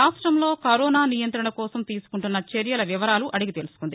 రాష్టంలో కరోనా నియంతణ కోసం తీసుకుంటున్న చర్యల వివరాలు అడిగి తెలుసుకుంది